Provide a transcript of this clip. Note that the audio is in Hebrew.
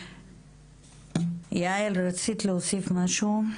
יעל רצית להוסיף משהו?